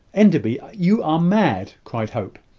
enderby! you are mad, cried hope,